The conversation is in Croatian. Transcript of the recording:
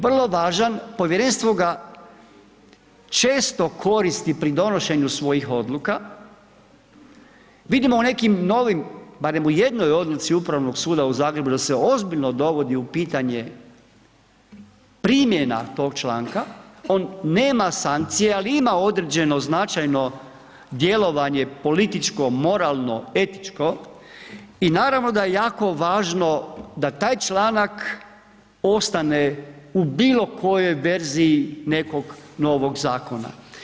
Vrlo važan, povjerenstvo ga često koristi pri donošenju svojih odluka, vidimo u nekim novim barem u jednoj odluci upravnog suda da se ozbiljno dovodi u pitanje primjena tog članka, on nema sankcija ali ima određeno značajno djelovanje političko, moralno, etičko i naravno da je jako važno da taj članak ostane u bilo kojoj verziji nekog novog zakona.